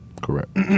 correct